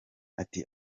ati